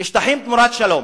שטחים תמורת שלום.